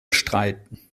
bestreiten